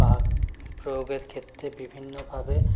বাক প্রয়োগের ক্ষেত্রে বিভিন্নভাবে